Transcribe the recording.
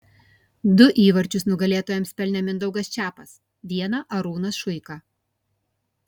du įvarčius nugalėtojams pelnė mindaugas čepas vieną arūnas šuika